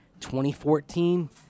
2014